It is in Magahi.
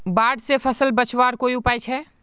बाढ़ से फसल बचवार कोई उपाय छे?